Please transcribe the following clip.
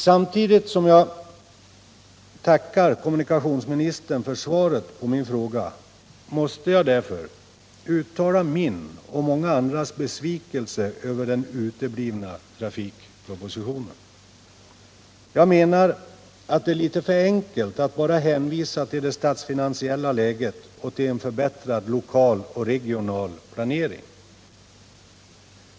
Samtidigt som jag tackar kommunikationsministern för svaret på min interpellation måste jag därför uttala min och många andras besvikelse över den uteblivna trafikpropositionen. Jag menar att det är litet för enkelt att bara hänvisa till det statsfinansiella läget och till en förbättrad lokal och regional planering.